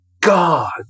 God